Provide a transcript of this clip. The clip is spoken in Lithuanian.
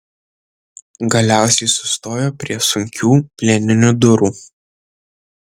galiausiai sustojo prie sunkių plieninių durų